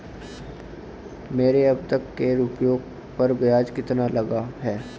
मेरे अब तक के रुपयों पर ब्याज कितना लगा है?